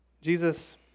Jesus